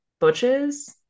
butches